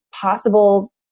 possible